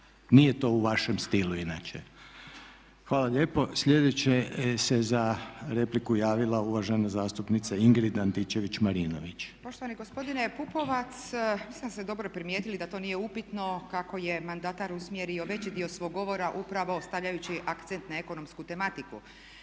Nije to u vašem stilu inače. Hvala lijepo. Sljedeće se za repliku javila uvažena zastupnica Ingrid Antičević Marinović. **Antičević Marinović, Ingrid (SDP)** Poštovani gospodine Pupovac, sasvim ste dobro primijetili da to nije upitno kako je mandatar usmjerio veći dio svog govora upravo stavljajući akcent na ekonomsku tematiku.